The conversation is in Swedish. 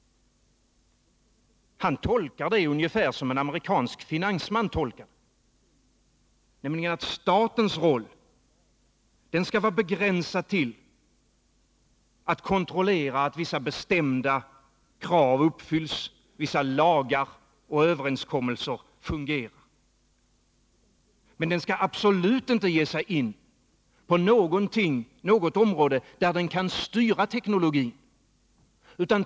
Han tolkar det ungefär som en amerikansk finansman, nämligen att statens roll skall vara begränsad till att kontrollera att vissa bestämda krav uppfylls och att vissa lagar och överenskommelser fungerar, men staten skall absolut inte ge sig in på något S område där den kan styra teknologin.